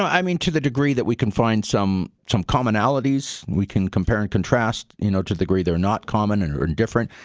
i mean to the degree that we can find some some commonalities, we can compare and contrast you know to the degree they're not common and or different.